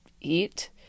eat